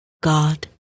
God